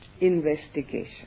investigation